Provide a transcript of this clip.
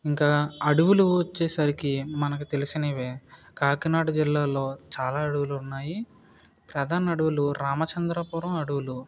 ఇంకా అడవులు వచ్చేసరికి మనకు తెలిసినవే కాకినాడ జిల్లాలో చాలా అడవులు ఉన్నాయి ప్రధాన అడవులు రామచంద్రాపురం అడవులు